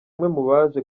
baje